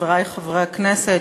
חברי חברי הכנסת,